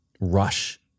rush